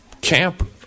camp